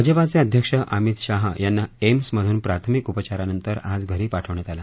भाजपाचे अध्यक्ष अमित शाह याना एम्स मधून प्राथमिक उपचारांनंतर आज घरी पाठवण्यात आलं